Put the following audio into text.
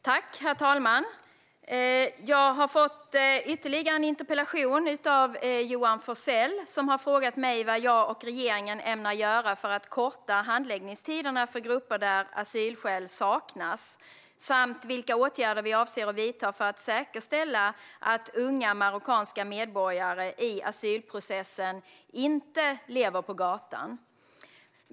Herr talman! Jag har fått ytterligare en interpellation av Johan Forssell, som har frågat mig vad jag och regeringen ämnar göra för att korta handläggningstiderna för grupper där asylskäl saknas samt vilka åtgärder vi avser att vidta för att säkerställa att unga marockanska medborgare i asylprocessen inte lever på gatan.